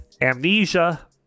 Amnesia